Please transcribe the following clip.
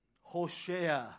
Hoshea